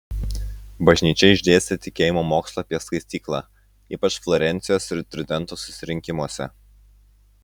bažnyčia išdėstė tikėjimo mokslą apie skaistyklą ypač florencijos ir tridento susirinkimuose